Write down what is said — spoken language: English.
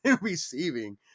receiving